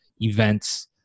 events